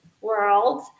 world